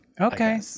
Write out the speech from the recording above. okay